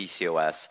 PCOS